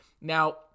Now